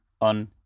on